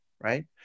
Right